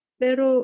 pero